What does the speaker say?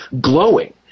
glowing